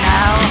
Now